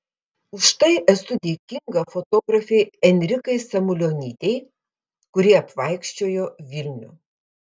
už tai esu dėkinga fotografei enrikai samulionytei kuri apvaikščiojo vilnių